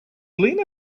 lena